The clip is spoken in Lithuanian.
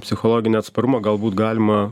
psichologinį atsparumą galbūt galima